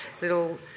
little